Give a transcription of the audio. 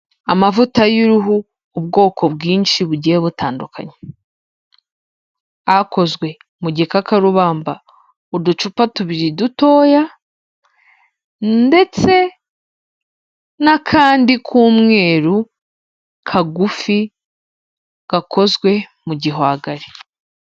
Amavuta y'uruhu, ubwoko bwinshi bugiye butandukanye. Akozwe mu gikaka rubamba uducupa tubiri dutoya ndetse n'akandi k'umweru, kagufi, gakozwe mu gihwagari.